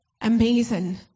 amazing